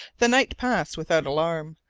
the night passed without alarm.